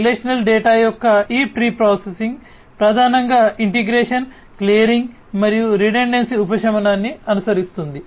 relational data యొక్క ఈ pre processing ప్రధానంగా ఇంటిగ్రేషన్ క్లియరింగ్ మరియు రిడెండెన్సీ ఉపశమనాన్ని అనుసరిస్తుంది